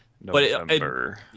November